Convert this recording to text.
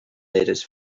leaders